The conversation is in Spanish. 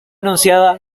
anunciada